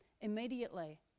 immediately